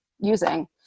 using